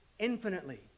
infinitely